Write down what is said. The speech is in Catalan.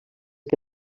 que